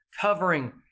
covering